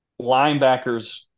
linebackers